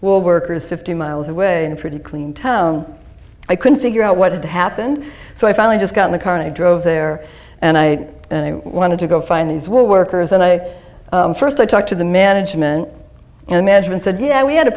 will workers fifty miles away and pretty clean town i couldn't figure out what had happened so i finally just got in the car and i drove there and i wanted to go find these workers and i first i talked to the management and the management said yeah we had a